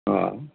हा